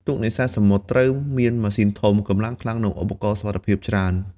ទូកនេសាទសមុទ្រត្រូវមានម៉ាស៊ីនធំ កម្លាំងខ្លាំង និងឧបករណ៍សុវត្ថិភាពច្រើន។